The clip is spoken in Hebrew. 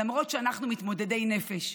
למרות שאנחנו מתמודדי נפש.